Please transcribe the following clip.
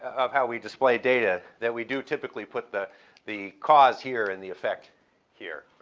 of how we display data, that we do typically put the the cause here and the effect here.